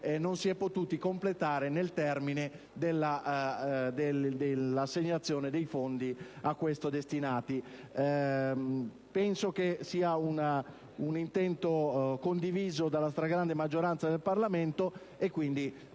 non si è potuto completare nel termine dell'assegnazione dei fondi a ciò destinati. Penso si tratti di un intento condiviso dalla stragrande maggioranza dei parlamentari,